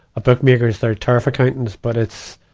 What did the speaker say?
ah, bookmakers. they're tariff accountants, but it's,